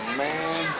man